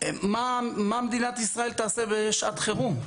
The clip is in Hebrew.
מה מדינת ישראל תעשה בשעת חירום?